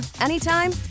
anytime